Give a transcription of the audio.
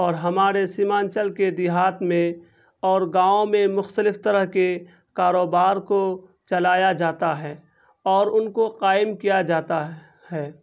اور ہمارے سیمانچل کے دیہات میں اور گاؤں میں مختلف طرح کے کاروبار کو چلایا جاتا ہے اور ان کو قائم کیا جاتا ہے